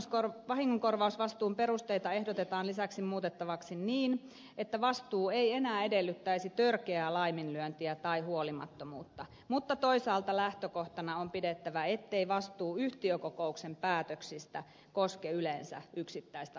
osakkeenomistajan vahingonkorvausvastuun perusteita ehdotetaan lisäksi muutettavaksi niin että vastuu ei enää edellyttäisi törkeää laiminlyöntiä tai huolimattomuutta mutta toisaalta lähtökohtana on pidettävä ettei vastuu yhtiökokouksen päätöksistä koske yleensä yksittäistä osakkeenomistajaa